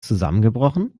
zusammengebrochen